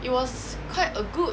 it was quite a good